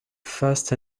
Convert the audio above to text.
first